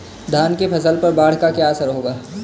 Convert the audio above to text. धान की फसल पर बाढ़ का क्या असर होगा?